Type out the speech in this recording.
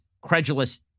credulous